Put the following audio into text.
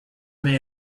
may